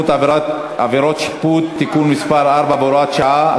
(עבירות שיפוט) (תיקון מס' 4 והוראת שעה),